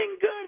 good